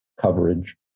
coverage